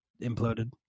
imploded